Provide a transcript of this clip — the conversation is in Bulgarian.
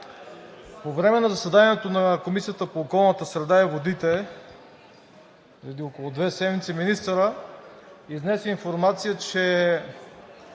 По време на заседанието на Комисията по околната среда и водите преди около две седмици министърът изнесе информация, че